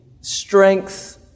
strength